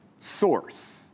source